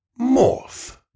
Morph